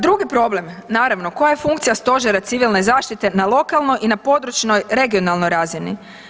Drugi problem, naravno, koja je funkcija Stožera civilne zaštite na lokalnoj i na područnoj, regionalnoj razini.